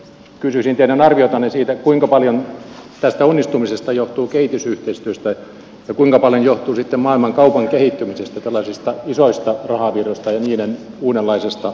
kysyisin teidän arviotanne siitä kuinka paljon tästä onnistumisesta johtuu kehitysyhteistyöstä ja kuinka paljon johtuu sitten maailmankaupan kehittymisestä tällaisista isoista rahavirroista ja niiden uudenlaisesta mallista